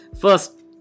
First